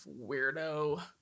Weirdo